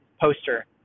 poster